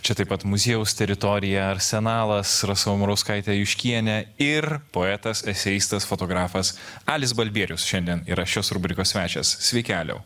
čia taip pat muziejaus teritorija arsenalas rasa murauskaitė juškienė ir poetas eseistas fotografas alis balbierius šiandien yra šios rubrikos svečias sveiki aliau